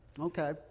Okay